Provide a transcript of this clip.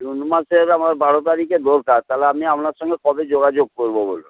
June মাসের আমার বারো তারিখে দরকার তাহলে আমি আপনার সঙ্গে কবে যোগাযোগ করব বলুন